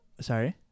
Sorry